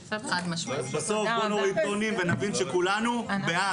בואו נוריד טונים ונבין שכולנו בעד.